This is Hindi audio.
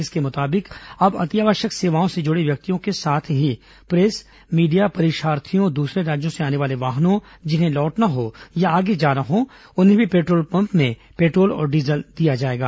इसके मुताबिक अब अतिआवश्यक सेवाओं से जुड़े व्यक्तियों के साथ ही प्रेस मीडिया परीक्षार्थियों दूसरे राज्यों से आने वाले वाहनों जिन्हें लौटना हो या आगे जाना हो उन्हें भी पेट्रोल पम्प में पेट्रोल डीजल दिया जाएगा